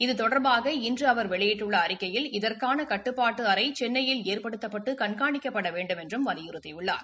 இது தொடர்பாக இன்று அவர் வெளியிட்டுள்ள அறிக்கையில் இதற்கான கட்டுப்பாட்டு அறை சென்னையில் ஏற்படுத்தப்பட்டு கண்காணிக்கப்பட வேண்டுமென்றும் வலியுறுத்தியுள்ளார்